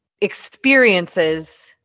experiences